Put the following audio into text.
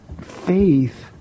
faith